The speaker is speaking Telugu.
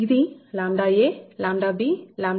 ఇది ʎa ʎb ʎc